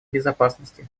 безопасности